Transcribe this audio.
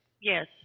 Yes